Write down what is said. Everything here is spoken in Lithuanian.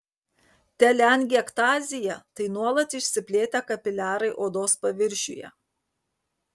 teleangiektazija tai nuolat išsiplėtę kapiliarai odos paviršiuje